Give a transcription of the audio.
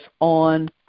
on